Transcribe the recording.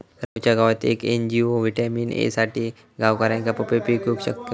रामूच्या गावात येक एन.जी.ओ व्हिटॅमिन ए साठी गावकऱ्यांका पपई पिकवूक शिकवता